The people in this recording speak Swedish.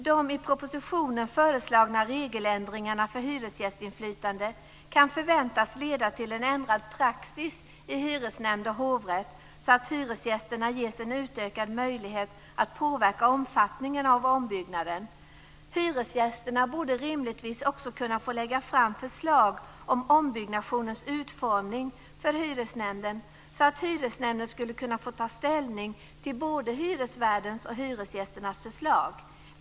De i propositionen föreslagna regeländringarna för hyresgästinflytande kan förväntas leda till en ändrad praxis i hyresnämnd och hovrätt så att hyresgästerna ges en utökad möjlighet att påverka omfattningen av ombyggnaden. Hyresgästerna borde rimligtvis också kunna få lägga fram förslag om ombyggnationens utformning för hyresnämnden, så att hyresnämnden skulle kunna få ta ställning till både hyresvärdens och hyresgästernas förslag.